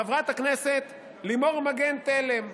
חברת הכנסת לימור מגן תלם,